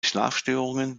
schlafstörungen